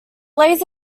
lays